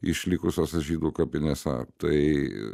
išlikusiuose žydų kapinėse tai